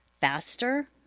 faster